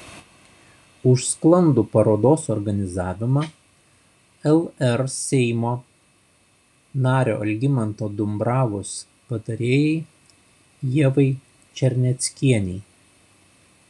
už sklandų parodos organizavimą lr seimo nario algimanto dumbravos patarėjai ievai černeckienei